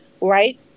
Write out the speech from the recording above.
right